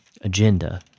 agenda